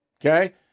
okay